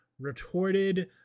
retorted